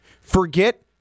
Forget